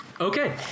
Okay